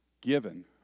given